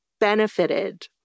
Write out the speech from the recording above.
benefited